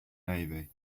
navy